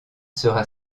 sera